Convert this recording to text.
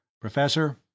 Professor